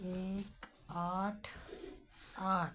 एक आठ आठ